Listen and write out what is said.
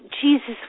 Jesus